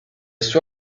suo